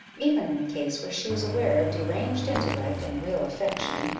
even in a case where she was aware of deranged intellect and real affection,